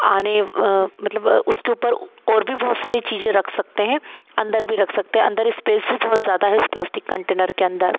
आने मतलब उसके ऊपर और भी बहुत सारी चीज़ें रख सकते हैं अंदर भी रख सकते हैं अंदर इस्पेस भी बहुत ज़्यादा है उस प्लास्टिक कंटेनर के अंदर